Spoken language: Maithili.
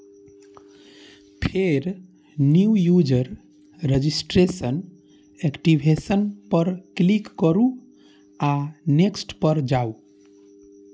फेर न्यू यूजर रजिस्ट्रेशन, एक्टिवेशन पर क्लिक करू आ नेक्स्ट पर जाउ